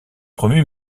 promu